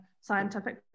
scientific